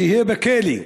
שיהיה בכלא,